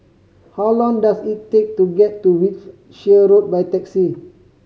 how long does it take to get to Wiltshire Road by taxi